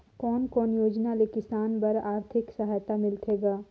कोन कोन योजना ले किसान बर आरथिक सहायता मिलथे ग?